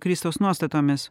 kristaus nuostatomis